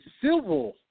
civil